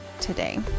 today